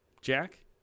Jack